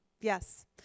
Yes